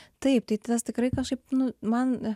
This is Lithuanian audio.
taip tai tas tikrai kažkaip nu man